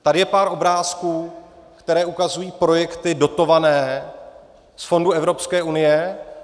Tady je pár obrázků , které ukazují projekty dotované z fondů Evropské unie.